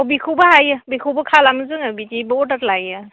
बेखौबो हायो बेखौबो खालामो जोङो बिदिबो अर्दार लायो